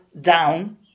down